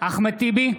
אחמד טיבי,